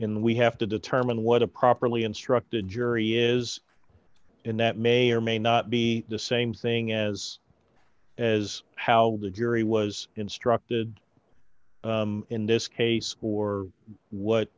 in we have to determine what a properly instructed jury is and that may or may not be the same thing as as how the jury was instructed in this case or what